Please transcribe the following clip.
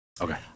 okay